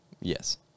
yes